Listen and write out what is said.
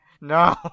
no